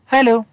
Hello